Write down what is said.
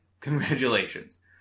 Congratulations